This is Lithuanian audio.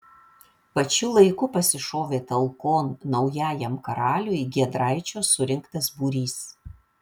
pačiu laiku pasišovė talkon naujajam karaliui giedraičio surinktas būrys